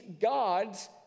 God's